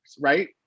right